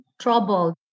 trouble